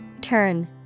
Turn